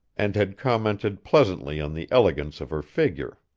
and had commented pleasantly on the elegance of her figure.